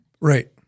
Right